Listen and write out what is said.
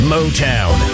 Motown